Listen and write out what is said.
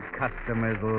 customers